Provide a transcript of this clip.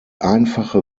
einfache